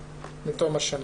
על מועדונים גדולים ובסוף,